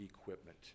equipment